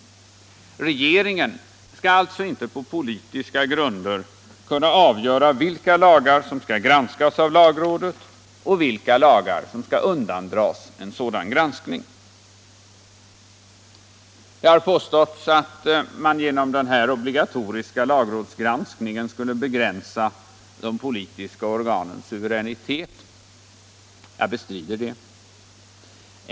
Regeringen skall alltså inte på politiska grunder kunna avgöra vilka lagar som skall granskas av lagrådet och vilka lagar som skall undandras en sådan granskning. Det har påståtts att man genom den här obligatoriska lagrådsgranskningen skulle begränsa de politiska organens suveränitet. Jag bestrider det.